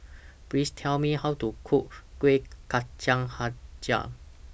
Please Tell Me How to Cook Kueh Kcang Hjau